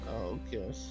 Okay